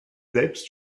selbst